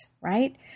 right